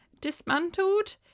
dismantled